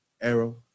Arrow